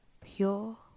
pure